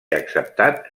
acceptat